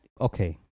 okay